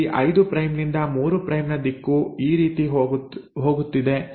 ಇಲ್ಲಿ 5 ಪ್ರೈಮ್ ನಿಂದ 3 ಪ್ರೈಮ್ ನ ದಿಕ್ಕು ಈ ರೀತಿ ಹೋಗುತ್ತಿದೆ